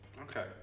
okay